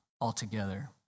altogether